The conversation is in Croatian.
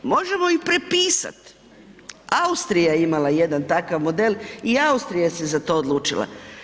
Možemo i prepisat, Austrija je imala jedan takav model i Austrija se za to odlučila.